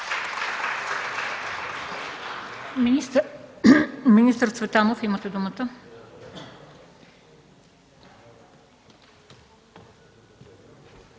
Министър Цветанов, имате думата.